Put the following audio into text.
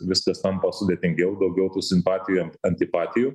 viskas tampa sudėtingiau daugiau tų simpatijų ant antipatijų